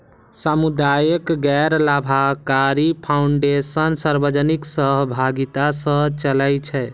सामुदायिक गैर लाभकारी फाउंडेशन सार्वजनिक सहभागिता सं चलै छै